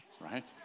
right